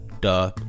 Duh